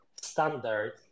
standard